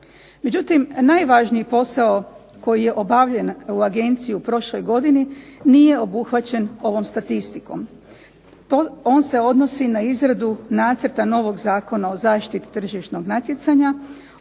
Međutim najvažniji posao koji je obavljen u agenciji u prošloj godini nije obuhvaćen ovom statistikom. On se odnosi na izradu nacrta novog Zakona o zaštiti tržišnog natjecanja,